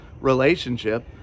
relationship